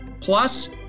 plus